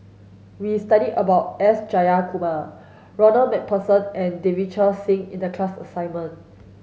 we studied about S Jayakumar Ronald MacPherson and Davinder Singh in the class assignment